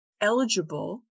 Eligible